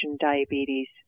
diabetes